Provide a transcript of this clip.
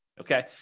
Okay